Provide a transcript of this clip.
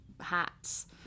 hats